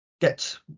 get